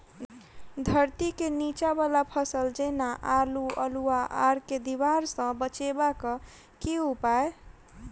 धरती केँ नीचा वला फसल जेना की आलु, अल्हुआ आर केँ दीवार सऽ बचेबाक की उपाय?